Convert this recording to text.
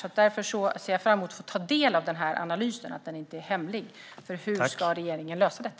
Jag ser därför fram emot att få ta del av den här analysen - och jag hoppas att den inte är hemlig - och planerna för hur regeringen ska lösa detta.